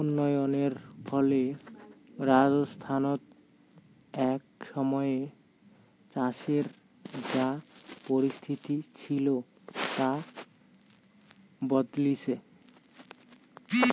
উন্নয়নের ফলে রাজস্থানত এক সময়ে চাষের যা পরিস্থিতি ছিল তা বদলিচে